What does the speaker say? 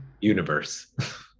universe